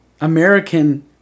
American